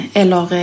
eller